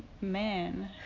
man